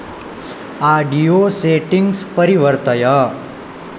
audio settings परिवर्तय